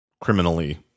criminally